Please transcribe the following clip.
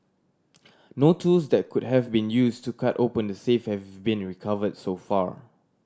no tools that could have been use to cut open the safe have been recovered so far